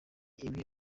imwe